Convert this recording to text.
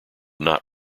not